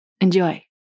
Enjoy